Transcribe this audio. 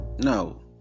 No